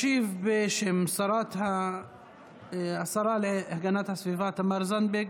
ישיב בשם השרה להגנת הסביבה תמר זנדברג,